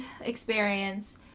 experience